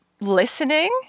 listening